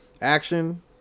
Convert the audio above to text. Action